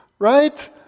Right